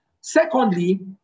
Secondly